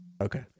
Okay